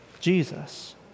Jesus